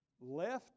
left